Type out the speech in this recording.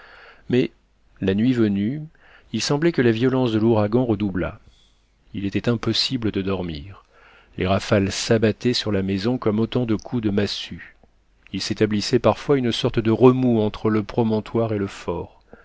mais la nuit venue il semblait que la violence de l'ouragan redoublât il était impossible de dormir les rafales s'abattaient sur la maison comme autant de coups de massue il s'établissait parfois une sorte de remous entre le promontoire et le fort